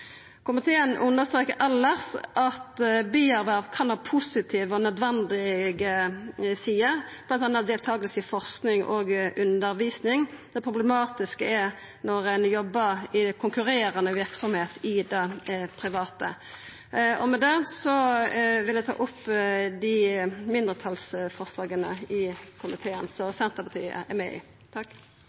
Komiteen understrekar elles at bierverv kan ha positive og nødvendige sider, bl.a. deltaking i forsking og undervisning. Det problematiske er når ein jobbar i konkurrerande verksemd i det private. Med det vil eg ta opp dei mindretalsforslaga som Senterpartiet er med